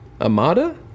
Amada